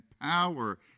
power